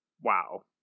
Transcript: wow